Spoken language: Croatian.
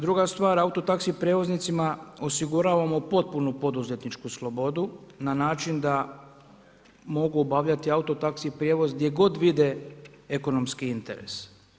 Druga stvar, autotaksi prijevoznicima osiguravamo potpunu poduzetničku slobodu na način da mogu obavljati autotaksi prijevoz gdje god vide ekonomski interes.